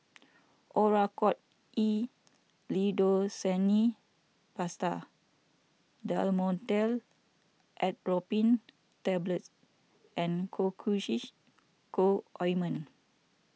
Oracort E Lidocaine Paste Dhamotil Atropine Tablets and Cocois Co Ointment